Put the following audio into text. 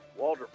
Waldrop